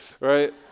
right